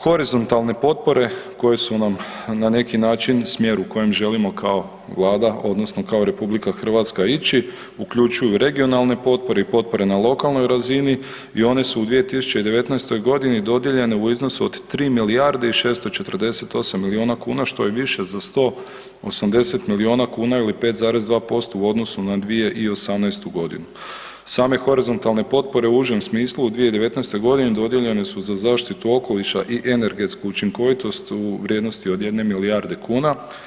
Horizontalne potpore koje su nam na neki način smjer u kojem želimo kao vlada odnosno kao RH ići uključuju regionalne potpore i potpore na lokalnoj razini i one su u 2019.g. dodijeljene u iznosu od 3 milijarde i 648 milijuna kuna, što je više za 180 milijuna kuna ili 5,2% u odnosu na 2018.g. Same horizontalne potpore u užem smislu u 2019.g. dodijeljene su za zaštitu okoliša i energetsku učinkovitost u vrijednosti od jedne milijarde kuna.